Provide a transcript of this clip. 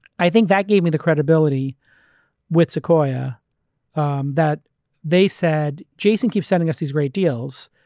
i think that gave me the credibility with sequoia um that they said jason keeps sending us these great deals.